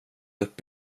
upp